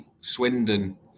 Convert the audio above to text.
Swindon